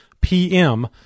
pm